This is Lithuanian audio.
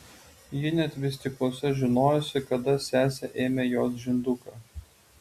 ji net vystykluose žinojusi kada sesė ėmė jos žinduką